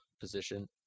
position